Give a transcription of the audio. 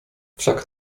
wszak